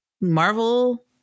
Marvel